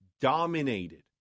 dominated